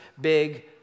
big